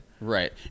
right